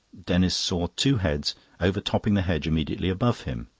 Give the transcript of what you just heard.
denis saw two heads overtopping the hedge immediately above him.